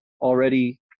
already